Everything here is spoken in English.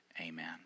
Amen